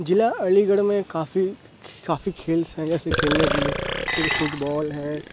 ضلع علی گڑھ میں کافی کافی کھیلس ہیں جیسے کھیلنے کے لیے جیسے کہ فٹ بال ہے